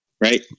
right